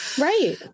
Right